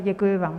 Děkuji vám.